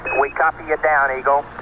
in. we copy you down eagle.